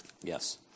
yes